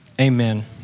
amen